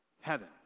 heaven